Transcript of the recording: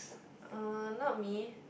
uh not me